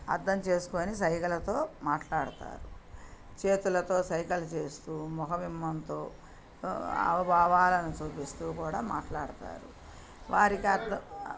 అర్థం చేసుకొని సైగలతో మాట్లాడతారు చేతులతో సైగలు చేస్తూ మొహ భింభంతో హావ భావాలను చూపిస్తూ కూడా మాట్లాడతారు వారికి